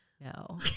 No